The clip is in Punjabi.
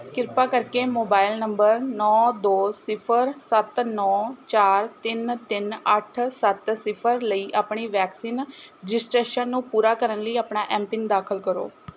ਕਿਰਪਾ ਕਰਕੇ ਮੋਬਾਈਲ ਨੰਬਰ ਨੌਂ ਦੋ ਸਿਫ਼ਰ ਸੱਤ ਨੌਂ ਚਾਰ ਤਿੰਨ ਤਿੰਨ ਅੱਠ ਸੱਤ ਸਿਫ਼ਰ ਲਈ ਆਪਣੀ ਵੈਕਸੀਨ ਜਿਸਟੇਸ਼ਨ ਨੂੰ ਪੂਰਾ ਕਰਨ ਲਈ ਆਪਣਾ ਐੱਮ ਪਿੰਨ ਦਾਖਲ ਕਰੋ